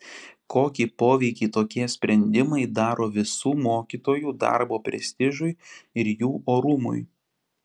kokį poveikį tokie sprendimai daro visų mokytojų darbo prestižui ir jų orumui